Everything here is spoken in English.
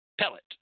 pellet